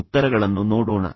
ಉತ್ತರಗಳನ್ನು ನೋಡೋಣ